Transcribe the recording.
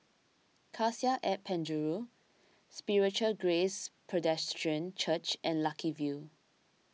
Cassia at Penjuru Spiritual Grace Presbyterian Church and Lucky View